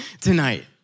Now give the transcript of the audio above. tonight